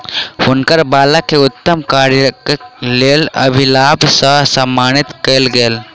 हुनकर बालक के उत्तम कार्यक लेल अधिलाभ से सम्मानित कयल गेल